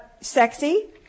sexy